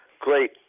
great